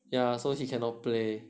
yeah so he cannot play